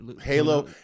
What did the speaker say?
Halo